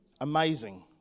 Amazing